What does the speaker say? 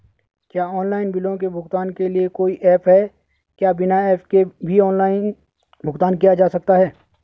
क्या ऑनलाइन बिलों के भुगतान के लिए कोई ऐप है क्या बिना ऐप के भी ऑनलाइन भुगतान किया जा सकता है?